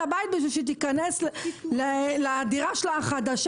הבית כדי שהיא תיכנס לדירה החדשה שלה.